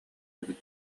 эбит